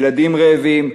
ילדים רעבים,